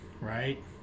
right